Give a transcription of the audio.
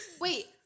Wait